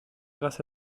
grâce